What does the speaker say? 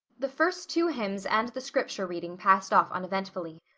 the first two hymns and the scripture reading passed off uneventfully.